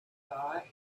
thought